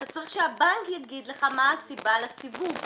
אתה צריך שהבנק יגיד לך מה הסיבה לסיווג,